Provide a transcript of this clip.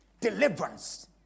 deliverance